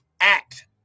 act